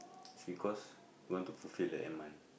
because want to fulfill the end month